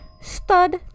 Stud